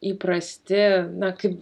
įprasti na kaip